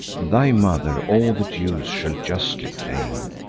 thy mother all the dues shall justly claim,